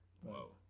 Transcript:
Whoa